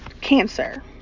cancer